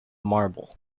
marble